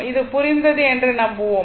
இது புரிந்தது என்று நம்புவோம்